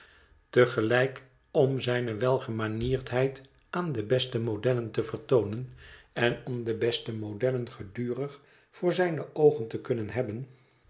gelijk om zijne welgemanierdheid aan de beste modellen te vertoonen en om de beste modellen gedurig voor zijne oogen te kunnen hebben